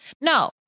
No